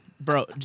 Bro